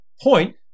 point